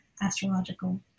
astrological